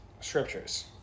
scriptures